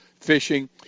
Fishing